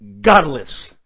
godless